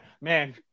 Man